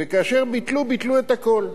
וכאשר ביטלו, ביטלו את הכול.